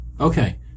Okay